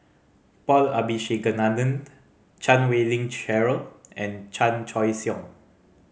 Paul Abisheganaden Chan Wei Ling Cheryl and Chan Choy Siong